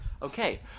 Okay